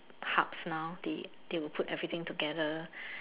parks now they they will put everything together